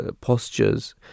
postures